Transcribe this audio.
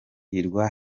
hirwa